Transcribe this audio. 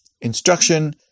instruction